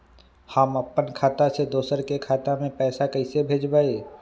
हम अपने खाता से दोसर के खाता में पैसा कइसे भेजबै?